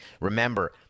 Remember